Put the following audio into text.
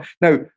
Now